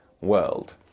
world